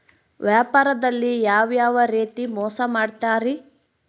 ವ್ಯಾಪಾರದಲ್ಲಿ ಯಾವ್ಯಾವ ರೇತಿ ಮೋಸ ಮಾಡ್ತಾರ್ರಿ?